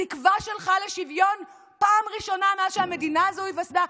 התקווה שלך לשוויון פעם ראשונה מאז שהמדינה הזו נוסדה,